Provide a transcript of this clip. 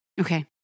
Okay